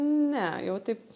ne jau taip